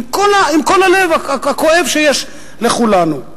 עם כל הלב הכואב שיש לכולנו.